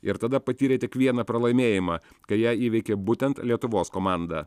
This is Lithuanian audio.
ir tada patyrė tik vieną pralaimėjimą kai ją įveikė būtent lietuvos komanda